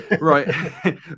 right